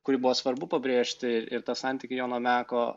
kurį buvo svarbu pabrėžti ir tą santykį jono meko